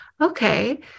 Okay